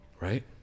Right